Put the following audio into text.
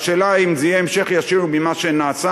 השאלה היא אם זה יהיה המשך ישיר ממה שנעשה